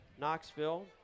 Knoxville